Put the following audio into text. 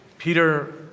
Peter